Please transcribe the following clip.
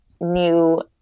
new